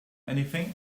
anything